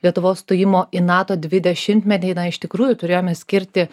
lietuvos stojimo į nato dvidešimtmetį na iš tikrųjų turėjome skirti